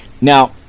Now